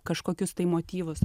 kažkokius tai motyvus